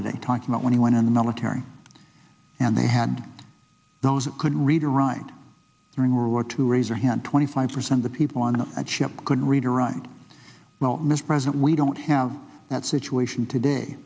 today talking about when he went in the military and they had those couldn't read or write during world war two raise your hand twenty five percent the people on that ship couldn't read or write well mr president we don't have that situation today